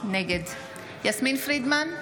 נגד יסמין פרידמן,